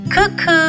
Cuckoo